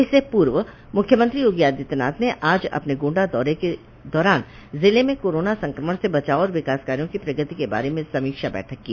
इससे पूर्व मुख्यमंत्री योगी आदित्यनाथ ने आज अपने गोण्डा दौरे के दौरान जिले में कोरोना संक्रमण से बचाव और विकास कार्यों की प्रगति के बारे में समीक्षा बैठक की